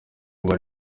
ubwo